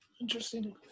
Interesting